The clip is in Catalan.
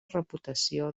reputació